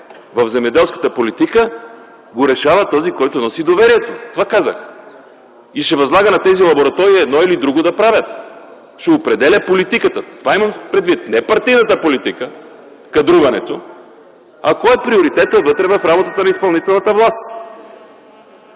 в земеделската политика, решава този, който носи доверието – това казах. Той възлага на тези лаборатории да правят едно или друго, ще определя политиката – това имах предвид, не партийната политика, кадруването, а кой е приоритетът вътре в работата на изпълнителната власт.